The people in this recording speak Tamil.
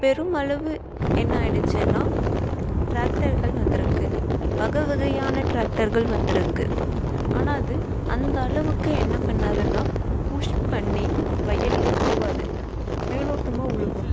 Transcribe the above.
பெருமளவு என்ன ஆயிடுச்சின்னா டிராக்டர்கள் வந்துருக்குது வகை வகையான டிராக்டர்கள் வந்துருக்குது ஆனால் அது அந்த அளவுக்கு என்ன பண்ணாதுனா புஷ் பண்ணி வயலில் உழுவாது மேலோட்டமாக உழுவும்